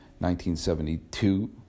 1972